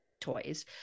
toys